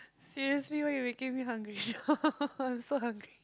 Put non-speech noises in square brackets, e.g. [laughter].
seriously why you making me hungry now [laughs] I'm so hungry